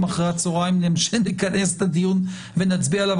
אחר הצהריים נכנס את הדיון ונצביע עליו,